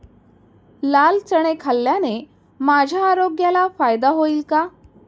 लाल चणे खाल्ल्याने माझ्या आरोग्याला फायदा होईल का?